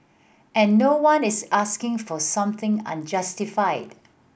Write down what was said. and no one is asking for something unjustified